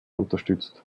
unterstützt